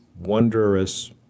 wondrous